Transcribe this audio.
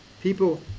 People